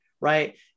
right